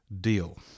deal